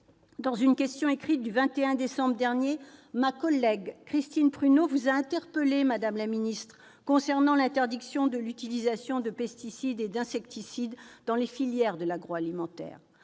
d'une question écrite du 21 décembre dernier, ma collègue Christine Prunaud vous a interpellée, madame la ministre, concernant l'interdiction de l'utilisation de pesticides et d'insecticides dans les filières de l'agroalimentaire.